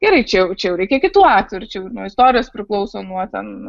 gerai čia jau čia jau reikia kitų aktorių čia jau nuo istorijos priklauso nuo ten